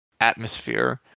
atmosphere